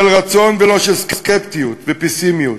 של רצון ולא של סקפטיות ופסימיות.